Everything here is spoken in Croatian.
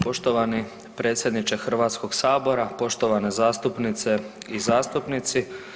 Poštovani predsjedniče Hrvatskoga sabora, poštovane zastupnice i zastupnici.